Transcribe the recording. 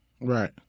Right